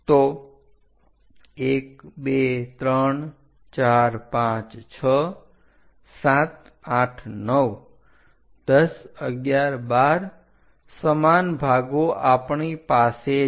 તો 123456789101112 સમાન ભાગો આપણી પાસે છે